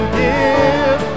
give